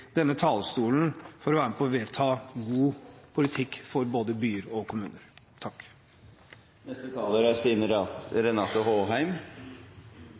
denne talerstolen for å være med på å vedta god politikk for både byer og kommuner.